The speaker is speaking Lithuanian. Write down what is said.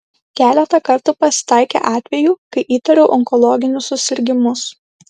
keletą kartų pasitaikė atvejų kai įtariau onkologinius susirgimus